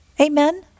Amen